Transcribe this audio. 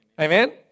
Amen